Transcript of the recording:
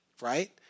right